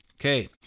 Okay